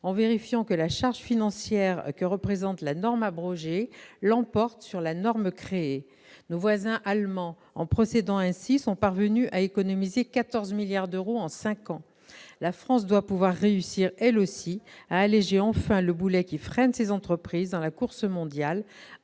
en garantissant que la charge financière que représente la norme abrogée l'emporte sur celle de la norme créée. Nos voisins Allemands, en procédant ainsi, sont parvenus à économiser 14 milliards d'euros en cinq ans. La France doit pouvoir réussir elle aussi à alléger enfin le boulet qui freine ses entreprises dans la course mondiale